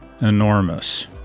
enormous